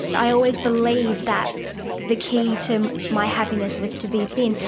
i always believed that the key to my happiness was to be thin,